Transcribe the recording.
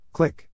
Click